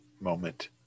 moment